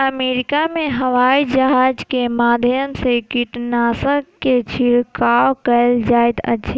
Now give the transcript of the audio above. America में हवाईजहाज के माध्यम से कीटनाशक के छिड़काव कयल जाइत अछि